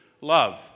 love